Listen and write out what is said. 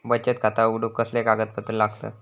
बचत खाता उघडूक कसले कागदपत्र लागतत?